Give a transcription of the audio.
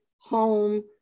Home